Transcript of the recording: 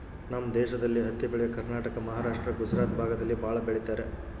ನಮ್ ದೇಶದಲ್ಲಿ ಹತ್ತಿ ಬೆಳೆ ಕರ್ನಾಟಕ ಮಹಾರಾಷ್ಟ್ರ ಗುಜರಾತ್ ಭಾಗದಲ್ಲಿ ಭಾಳ ಬೆಳಿತರೆ